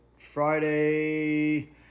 Friday